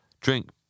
Drink